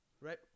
right